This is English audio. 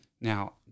Now